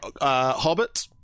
Hobbit